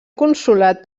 consolat